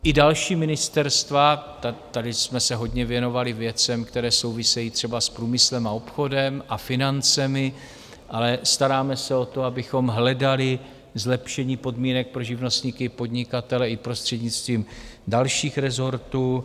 I další ministerstva tady jsme se hodně věnovali věcem, které souvisejí třeba s průmyslem a obchodem a financemi, ale staráme se o to, abychom hledali zlepšení podmínek pro živnostníky, podnikatele i prostřednictvím dalších rezortů.